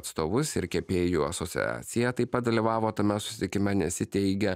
atstovus ir kepėjų asociacija taip pat dalyvavo tame susitikime nes ji teigia